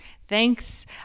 thanks